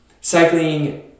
cycling